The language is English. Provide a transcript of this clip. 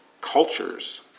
cultures